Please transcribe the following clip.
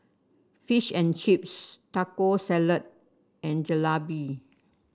Fish and Chips Taco Salad and Jalebi